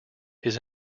his